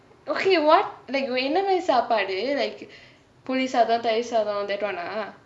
okay what like என்ன மாதிரி சாப்பாடு:enna maathiri saapadu like புளி சாதம் தயிறு சாதம்:puli saatham tayiru saatham that [one] ah